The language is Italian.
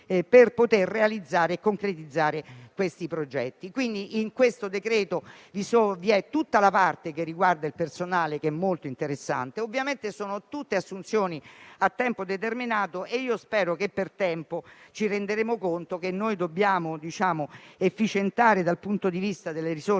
per poter realizzare e concretizzare i progetti. In questo decreto-legge vi è tutta una parte che riguarda il personale, che è molto interessante. Ovviamente sono tutte assunzioni a tempo determinato e io spero che per tempo ci renderemo conto che dobbiamo incrementare l'efficienza delle risorse